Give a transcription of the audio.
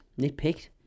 Nitpicked